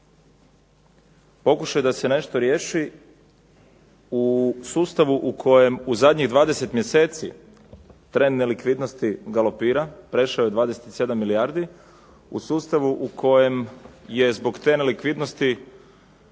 Pokušaj da se nešto riješi u sustavu u kojem u zadnjih 20 mjeseci trend nelikvidnosti galopira, prešao je 27 milijardi u sustavu u kojem je zbog te nelikvidnosti